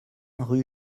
rue